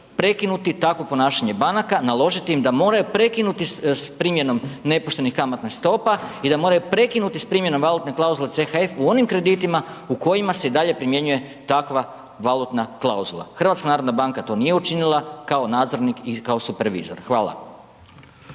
prekinuti takvo ponašanje banaka, naložiti im da moraju prekinuti s primjenom nepoštenih kamatnih stopa i da moraju prekinuti s primjenom valutne klauzule CHF u onim kreditima u kojima se i dalje primjenjuje takva valutna klauzula. HNB to nije učinila kao nadzornik i kao supervizor. Hvala.